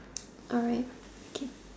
alright okay